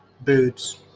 Boots